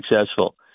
successful